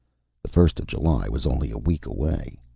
the first of july was only a week away.